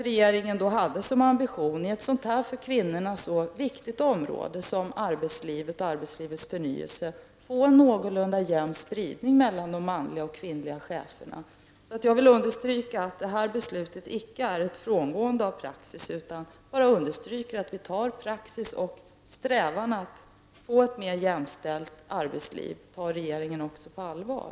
Regeringen hade som ambition att, på detta för kvinnorna så viktiga område som arbetsliv och arbetslivsförnyelse, få en någorlunda jämn spridning mellan de manliga och kvinnliga cheferna. Jag vill understryka att detta beslut icke är ett frångående av praxis. Det understryker bara att regeringen tar praxis och strävan att få ett mer jämställt arbetsliv på allvar.